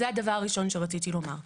זה דבר ראשון שרציתי לומר.